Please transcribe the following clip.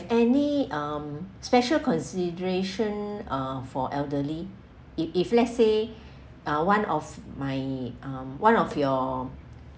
any um special consideration uh for elderly if if let's say uh one of my um one of your